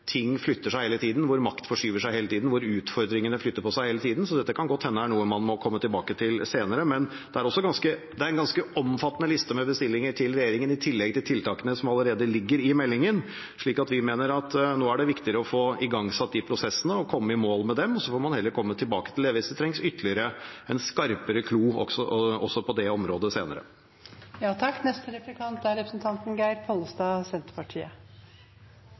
ting flytter seg hele tiden, hvor makt forskyver seg hele tiden, hvor utfordringene flytter på seg hele tiden, så det kan godt hende dette er noe man må komme tilbake til senere. Men det er en ganske omfattende liste med bestillinger til regjeringen i tillegg til de tiltakene som allerede ligger i meldingen. Vi mener at nå er det viktigere å få igangsatt de prosessene og komme i mål med dem, så får man heller komme tilbake til det hvis det ytterligere trengs en skarpere klo også på det området senere.